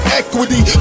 equity